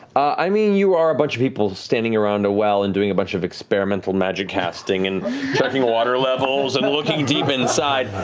i mean, you are a bunch of people standing around a well and doing a bunch of experimental magic casting and checking water levels and looking deep inside.